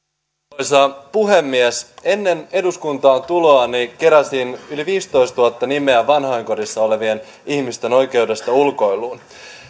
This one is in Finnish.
arvoisa puhemies ennen eduskuntaan tuloani keräsin yli viisitoistatuhatta nimeä vanhainkodissa olevien ihmisten oikeudesta ulkoiluun